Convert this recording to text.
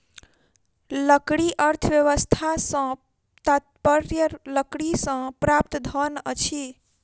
लकड़ी अर्थव्यवस्था सॅ तात्पर्य लकड़ीसँ प्राप्त धन अछि